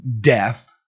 death